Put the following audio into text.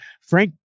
Frank